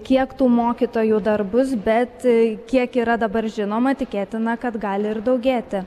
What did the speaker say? kiek tų mokytojų dar bus bet kiek yra dabar žinoma tikėtina kad gali ir daugėti